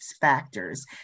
factors